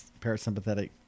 parasympathetic